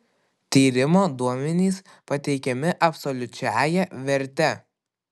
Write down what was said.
tyrimo duomenys pateikiami absoliučiąja verte